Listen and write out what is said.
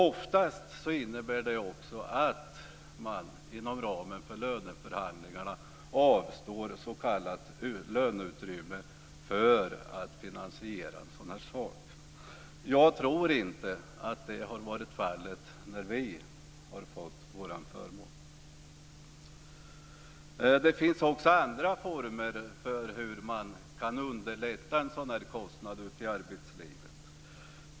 Oftast är det förenat med att man inom ramen för löneförhandlingarna har avstått s.k. löneutrymme för att finansiera en sådan här sak. Jag tror inte att det har varit fallet när vi har fått vår förmån. Det finns andra former för att underlätta finansieringen av en sådan här kostnad ute i arbetslivet.